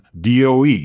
DOE